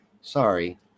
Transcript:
sorry